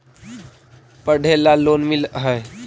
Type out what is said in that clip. पढ़े ला लोन मिल है?